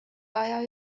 aja